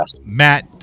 Matt